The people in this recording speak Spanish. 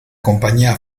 compañía